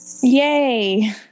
Yay